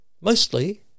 mostly